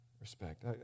respect